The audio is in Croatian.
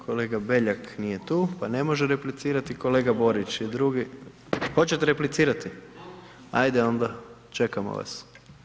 Kolega Beljak nije tu pa ne može replicirati, kolega Borić je drugi. … [[Upadica sa strane, ne razumije se.]] Hoćete replicirati? … [[Upadica sa strane, ne razumije se.]] Ajde onda, čekamo vas.